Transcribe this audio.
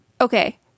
okay